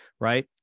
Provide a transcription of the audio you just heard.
right